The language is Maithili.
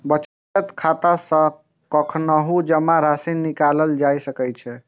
बचत खाता सं कखनहुं जमा राशि निकालल जा सकै छै